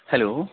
hello